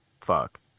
fuck